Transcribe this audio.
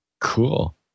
Cool